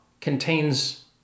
contains